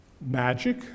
magic